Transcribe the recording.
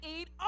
eat